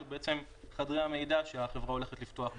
שהוא בעצם חדרי המידע החברה הולכת לפתוח בקרוב.